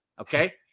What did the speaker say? Okay